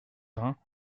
vingts